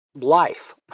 life